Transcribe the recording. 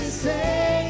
say